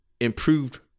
improved